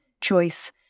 choice